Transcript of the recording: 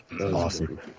Awesome